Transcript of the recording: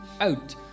out